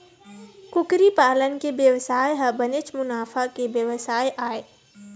कुकरी पालन के बेवसाय ह बनेच मुनाफा के बेवसाय आय